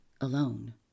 alone